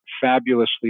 fabulously